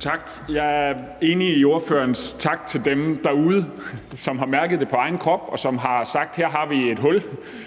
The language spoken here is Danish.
Tak. Jeg er enig i forhold til ordførerens tak til dem derude, der har mærket det på egen krop, og som har sagt, at her har vi et hul